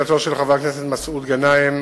לגבי שאלתו של חבר הכנסת מסעוד גנאים,